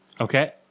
Okay